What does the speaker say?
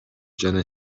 жана